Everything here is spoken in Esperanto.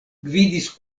gvidis